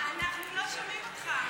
לא שומעים אותך.